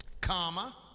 Comma